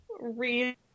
read